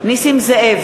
בהצבעה נסים זאב,